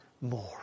more